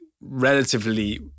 relatively